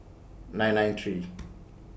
nine nine three